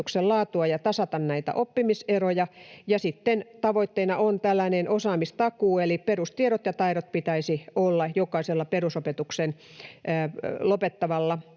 ja tasata näitä oppimiseroja, ja sitten tavoitteena on tällainen osaamistakuu, eli perustiedot ja ‑taidot pitäisi olla jokaisella perusopetuksen lopettavalla,